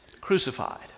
crucified